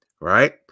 right